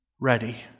Ready